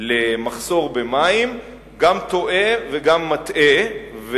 למחסור במים גם טועה וגם מטעה,